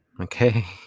Okay